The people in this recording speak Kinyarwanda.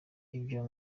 ibyo